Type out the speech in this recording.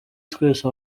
twese